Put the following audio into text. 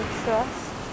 trust